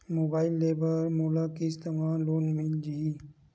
Mobile ले बर का मोला किस्त मा लोन मिल जाही?